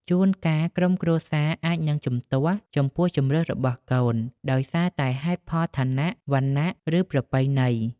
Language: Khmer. ជួនកាលក្រុមគ្រួសារអាចនឹង ជំទាស់ ចំពោះជម្រើសរបស់កូន ដោយសារតែហេតុផលឋានៈ វណ្ណៈ ឬប្រពៃណី។